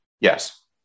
Yes